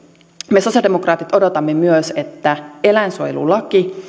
me sosialidemokraatit odotamme myös että eläinsuojelulaki